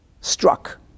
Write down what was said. struck